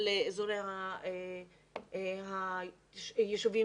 על הישובים